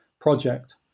project